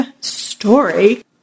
story